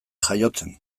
jaiotzen